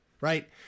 right